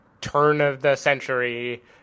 turn-of-the-century